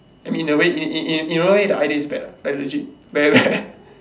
I mean in a way in in in a way the idea is bad ah like legit very bad